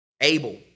Abel